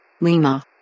Lima